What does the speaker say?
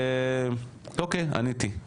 אוקיי, עניתי.